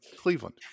Cleveland